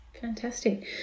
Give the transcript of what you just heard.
Fantastic